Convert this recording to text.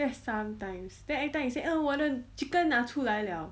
that's sometimes then every time you say oh 我的 chicken 拿出来 liao